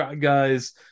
guys